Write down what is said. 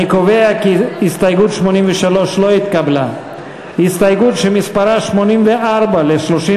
ההסתייגות של קבוצת סיעת מרצ לסעיף